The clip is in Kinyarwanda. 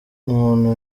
muntu